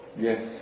Yes